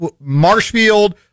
Marshfield-